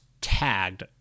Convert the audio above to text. tagged